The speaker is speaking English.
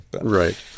Right